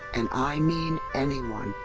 and i mean anyone.